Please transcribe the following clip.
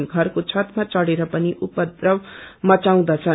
षरको छतमा चढेर पनि उपव्रव मचाउँदछन्